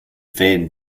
van